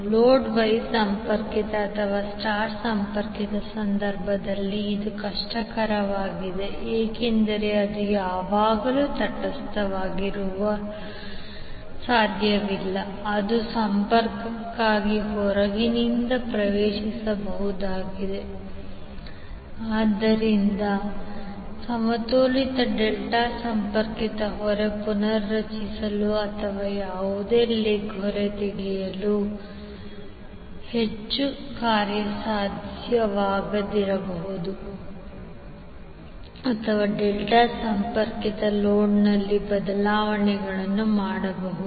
load Y ಸಂಪರ್ಕಿತ ಅಥವಾ star ಸಂಪರ್ಕದ ಸಂದರ್ಭದಲ್ಲಿ ಇದು ಕಷ್ಟಕರವಾಗಿದೆ ಏಕೆಂದರೆ ಅದು ಯಾವಾಗಲೂ ತಟಸ್ಥವಾಗಿರಲು ಸಾಧ್ಯವಿಲ್ಲ ಅದು ಸಂಪರ್ಕಕ್ಕಾಗಿ ಹೊರಗಿನಿಂದ ಪ್ರವೇಶಿಸಬಹುದಾಗಿದೆ ಆದ್ದರಿಂದಲೇ ಸಮತೋಲಿತ ಡೆಲ್ಟಾ ಸಂಪರ್ಕಿತ ಹೊರೆ ಪುನರ್ರಚಿಸಲು ಅಥವಾ ಯಾವುದೇ ಲೆಗ್ ಹೊರತೆಗೆಯಲು ಹೆಚ್ಚು ಕಾರ್ಯಸಾಧ್ಯವಾಗಿರುತ್ತದೆ ಅಥವಾ ಡೆಲ್ಟಾ ಸಂಪರ್ಕಿತ ಲೋಡ್ನಲ್ಲಿ ಬದಲಾವಣೆಗಳನ್ನು ಮಾಡುವುದು